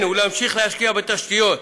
ולהמשיך להשקיע בתשתיות.